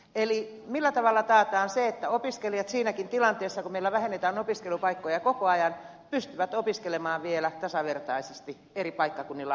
eli millä tavalla taataan se että opiskelijat siinäkin tilanteessa kun meillä vähennetään opiskelupaikkoja koko ajan pystyvät opiskelemaan vielä tasavertaisesti eri paikkakunnilla asuessaan